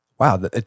wow